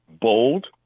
bold